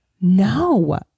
No